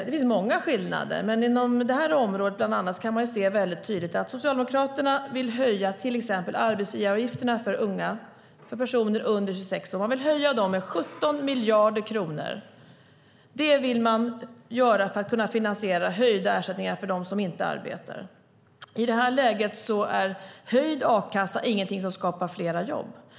Det finns många skillnader men inom bland annat det här området kan man se väldigt tydligt att Socialdemokraterna vill höja till exempel arbetsgivaravgifterna för personer under 26 år med 17 miljarder kronor. Det vill man göra för att kunna finansiera höjda ersättningar till dem som inte arbetar. I det här läget är höjd a-kassa ingenting som skapar flera jobb.